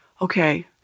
okay